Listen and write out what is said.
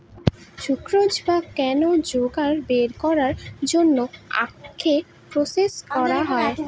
sucrose বা cane sugar বের করার জন্য আখকে প্রসেস করা হয়